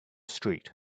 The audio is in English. street